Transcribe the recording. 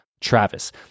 Travis